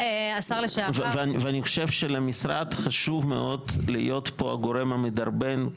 אני חושב שלמשרד חשוב מאוד להיות פה הגורם המדרבן,